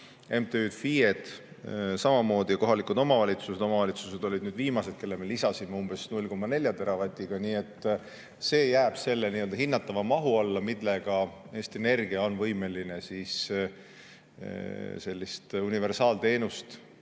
MTÜ‑d, FIE-d samamoodi ja kohalikud omavalitsused. Omavalitsused olid nüüd viimased, kelle me lisasime umbes 0,4 teravatiga. Nii et see jääb selle hinnatava mahu alla, millega Eesti Energia on võimeline sellist universaalteenust